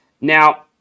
Now